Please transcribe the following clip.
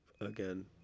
again